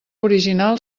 original